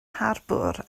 harbwr